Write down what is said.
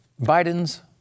Biden's